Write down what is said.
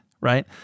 Right